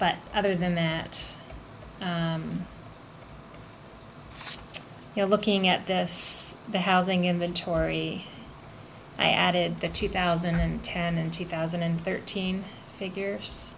but other than that you know looking at this the housing inventory i added the two thousand and ten two thousand and thirteen figures